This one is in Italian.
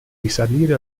risalire